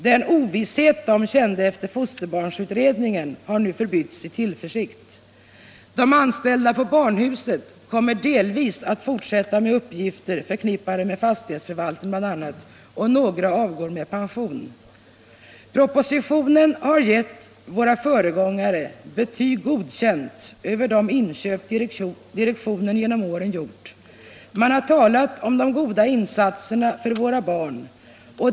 Den ovisshet de kände efter fosterbarnsutredningens förstag har förbytts i tillförsikt. De anställda på barnhuset kommer delvis att fortsätta med uppgifter förknippade med fastighetsförvaltning bl.a., och några avgår med pension. Propositionen har gett våra föregångare betyget godkänd för de inköp direktionen genom åren gjort, och man har talat om de goda insatserna för våra barn.